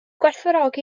gwerthfawrogi